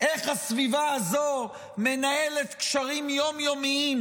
איך הסביבה הזו מנהלת קשרים יום-יומיים